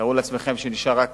תארו לעצמכם שנשאר רק